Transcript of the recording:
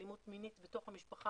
אלימות מינית בתוך המשפחה,